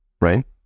right